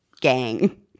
gang